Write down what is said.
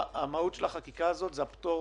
המהות של החקיקה הזאת זה הפטור